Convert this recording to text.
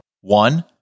one